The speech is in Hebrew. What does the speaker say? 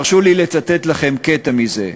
הרשו לי לצטט לכם קטע מזה: